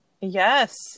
yes